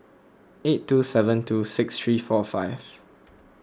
eight two seven two six three four five